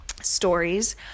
stories